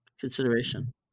consideration